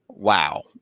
Wow